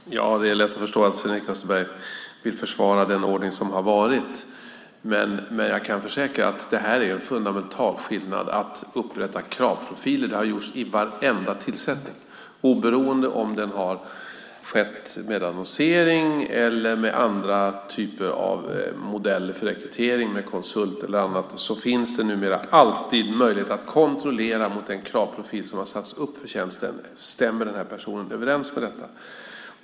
Herr talman! Det är lätt att förstå att Sven-Erik Österberg vill försvara den ordning som har varit. Jag kan dock försäkra att detta med kravprofiler är en fundamental skillnad. Det har upprättats kravprofiler vid varenda tillsättning. Oberoende av om det har skett med annonsering eller med andra typer av modeller för rekrytering med konsult eller annat så finns det numera alltid möjlighet att kontrollera mot den kravprofil som har satts upp för tjänsten. Stämmer personen överens med detta?